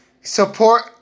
Support